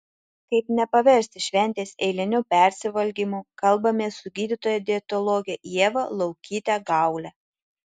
kaip nepaversti šventės eiliniu persivalgymu kalbamės su gydytoja dietologe ieva laukyte gaule